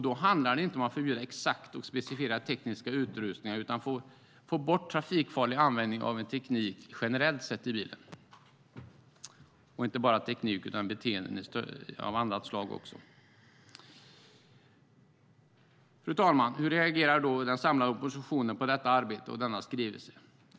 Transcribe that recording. Det handlar då inte om att förbjuda exakta och specificerade tekniska utrustningar utan om att få bort trafikfarlig användning av teknik generellt sett i bilen - och inte bara teknik utan också beteenden av annat slag. Fru talman! Hur reagerar då den samlade oppositionen på detta arbete och denna skrivelse?